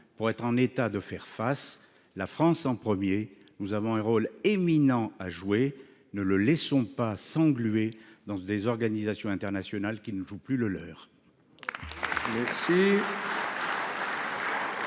pour être en état de faire face. La France, notamment, a un rôle éminent à jouer. Ne nous laissons pas engluer dans des organisations internationales qui ne jouent plus le leur